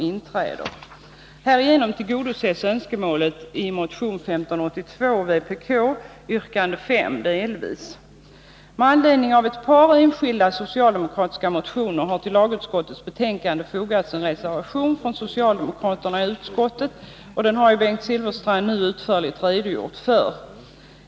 Med anledning av ett par enskilda socialdemokratiska motioner har vid lagutskottets betänkande fogats en reservation från socialdemokraterna i utskottet. Den reservationen har ju Bengt Silfverstrand här utförligt redogjort för.